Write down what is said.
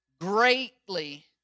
greatly